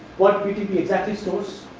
what btb exactly stores,